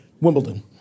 wimbledon